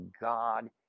God